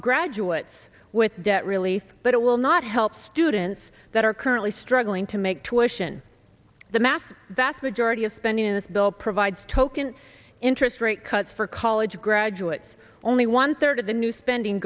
graduates with debt relief but it will not help students that are currently struggling to make to ocean the massive vast majority of spending in this bill provides token interest rate cuts for college graduates only one third of the new spending